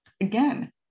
again